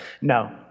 no